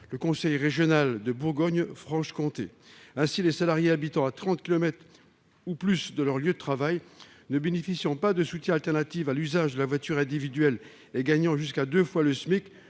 le conseil régional de Bourgogne-Franche-Comté. Les salariés résidant à 30 kilomètres ou plus de leur lieu de travail, ne bénéficiant pas de solution alternative à l'usage de la voiture individuelle et percevant jusqu'à deux SMIC,